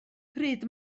pryd